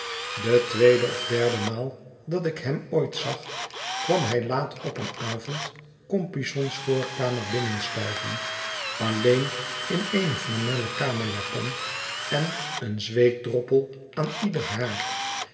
de tweede of derde maal dat ik hem ooit zag kwam hij laat op een avond compeyson's voorkamer binnenstuiven alleen in eene flanellen kamerjapon en een zweetdroppel aan ieder haar